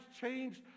changed